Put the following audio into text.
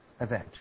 event